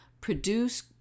produce